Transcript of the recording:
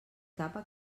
capa